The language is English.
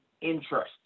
interest